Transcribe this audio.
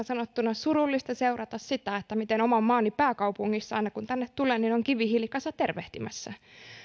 sanottuna surullista seurata sitä miten oman maani pääkaupungissa aina kun tänne tulen on kivihiilikasa tervehtimässä